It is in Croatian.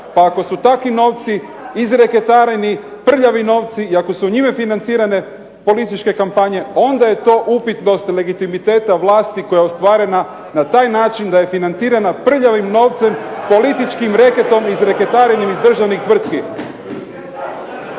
Pa ako su takvi novci izreketareni, prljavi novci, i ako su njime financirane političke kampanje, onda je to upitnost legitimiteta vlasti koja je ostvarena na taj način da je financirana prljavim novcem političkim reketom izreketarenim iz državnih tvrtki.